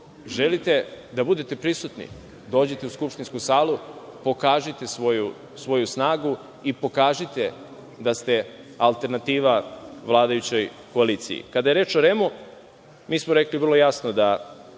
Želite da budete prisutni, dođite u skupštinsku salu, pokažite svoju snagu i pokažite da ste alternativa vladajućoj koaliciji. Kada je reč o REM-u, rekli smo vrlo jasno da